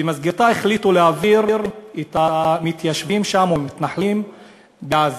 שבמסגרתה החליטו להעביר את המתיישבים שם או את המתנחלים בעזה,